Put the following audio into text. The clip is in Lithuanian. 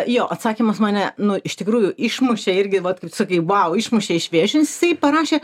jo atsakymas mane nu iš tikrųjų išmušė irgi vat kaip tu sakai vau išmušė iš vėžių jisai parašė